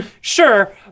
sure